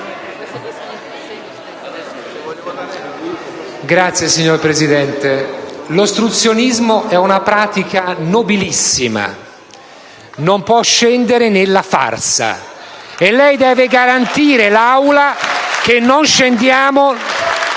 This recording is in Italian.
Signor Presidente, l'ostruzionismo è una pratica nobilissima, ma non può scendere nella farsa, e lei deve garantire l'Aula che non scendiamo